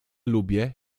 lubię